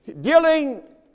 Dealing